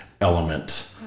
element